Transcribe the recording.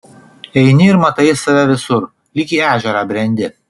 eini ir matai save visur lyg į ežerą brendi